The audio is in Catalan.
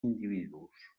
individus